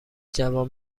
جوان